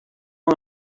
uma